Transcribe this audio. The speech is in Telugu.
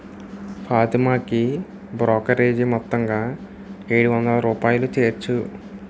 ఫాతిమాకి బ్రోకరేజీ మొత్తంగా ఏడు వందల రూపాయలు చేర్చు